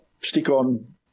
stick-on